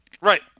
Right